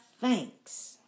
thanks